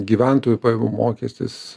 gyventojų pajamų mokestis